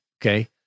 okay